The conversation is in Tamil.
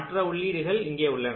மற்ற உள்ளீடுகள் இங்கே உள்ளன